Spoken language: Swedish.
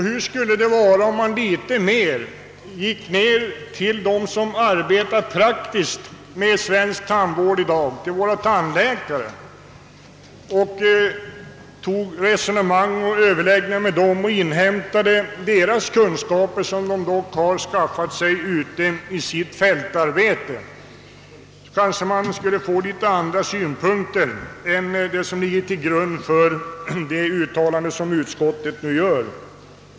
Hur skulle det vara om man i större utsträckning gick ut till dem som arbetar praktiskt med svensk tandvård i dag, till våra tandläkare, resonerade och överlade med dem och inhämtade de kunskaper som de dock har skaffat sig i sitt fältarbete? Kanske man skulle få något andra synpunkter än de som ligger till grund för det uttalande utskottet nu gör.